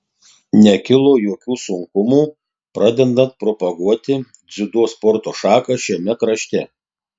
nekilo jokių sunkumų pradedant propaguoti dziudo sporto šaką šiame krašte